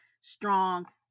strong